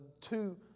two